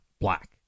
black